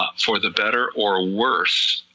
ah for the better or worse,